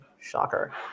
Shocker